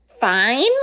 fine